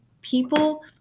people